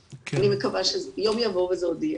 מקווה שיום יבוא וזה יהיה.